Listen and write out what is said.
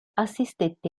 assistette